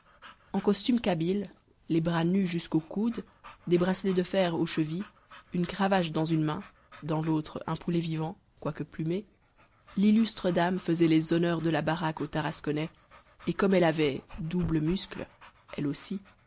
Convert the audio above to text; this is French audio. en costume kabyle les bras nus jusqu'au coude des bracelets de fer aux chevilles une cravache dans une main dans l'autre un poulet vivant quoique plumé l'illustre dame faisait les honneurs de la baraque aux tarasconnais et comme elle avait doubles muscles elle aussi